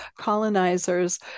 colonizers